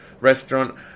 restaurant